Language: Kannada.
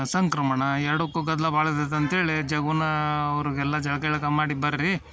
ಸಂಕ್ರಮಣ ಎರಡಕ್ಕೂ ಗದ್ದಲ ಭಾಳ ಇರ್ತೈತಿ ಅಂತ್ಹೇಳಿ ಜಗುನಾ ಅವ್ರಿಗೆಲ್ಲ ಜಳಕ ಗಿಳಕ ಮಾಡಿ ಬನ್ರಿ